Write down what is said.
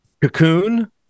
Cocoon